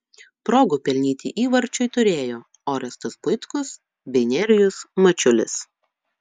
progų pelnyti įvarčiui turėjo orestas buitkus bei nerijus mačiulis